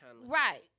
Right